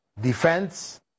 defense